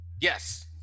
Yes